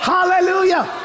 Hallelujah